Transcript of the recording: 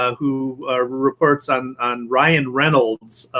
who reports on on ryan reynolds,